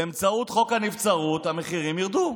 באמצעות חוק הנבצרות, המחירים ירדו.